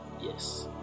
Yes